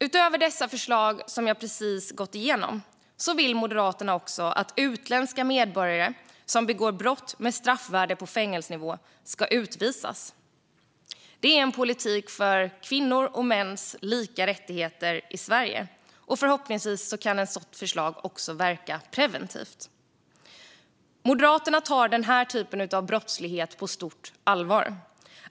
Utöver dessa förslag som jag precis har gått igenom vill Moderaterna att utländska medborgare som begår brott med ett straffvärde på fängelsenivå ska utvisas. Det är en politik för kvinnors och mäns lika rättigheter i Sverige. Förhoppningsvis kan ett sådant förslag också verka preventivt. Moderaterna tar denna typ av brottslighet på stort allvar.